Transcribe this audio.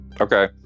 Okay